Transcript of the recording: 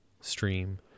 stream